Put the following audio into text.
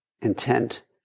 intent